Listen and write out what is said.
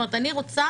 אני רוצה